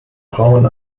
frauen